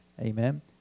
Amen